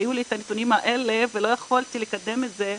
שהיו לי את הנתונים האלה ולא יכולתי לקדם את זה.